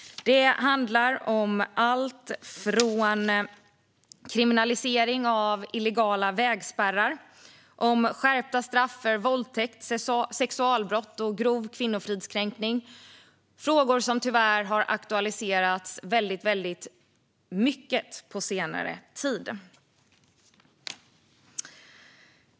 Det handlar bland annat om kriminalisering av illegala vägspärrar och om skärpta straff för våldtäkt, sexualbrott och grov kvinnofridskränkning. Det är frågor som tyvärr har aktualiserats väldigt mycket på senare tid.